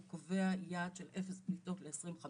הוא קובע יעד של אפס פליטות ל-2050.